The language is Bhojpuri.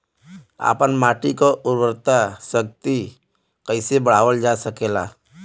आपन माटी क उर्वरा शक्ति कइसे बढ़ावल जा सकेला?